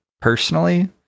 personally